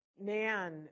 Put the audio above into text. man